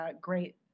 great